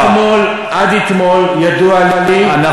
אני אומר לך: עד אתמול ידוע לי, ופנו אלי עובדים.